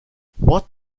what